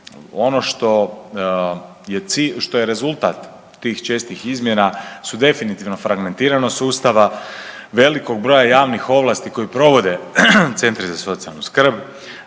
što je rezultat tih čestih izmjena su definitivno fragmentiranost sustava, velikog broja javnih ovlasti koji provode centri za socijalnu skrb,